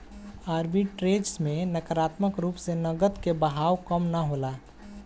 arbitrage में नकारात्मक रूप से नकद के बहाव कम ना होला